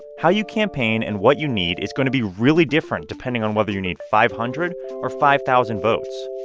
how you campaign and what you need is going to be really different depending on whether you need five hundred or five thousand votes.